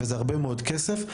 וזה הרבה מאוד כסף.